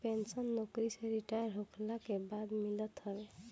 pension नोकरी से retire होखला के बाद मिलत हवे